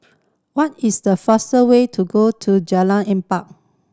what is the faster way to go to Jalan Empat